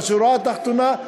בשורה התחתונה,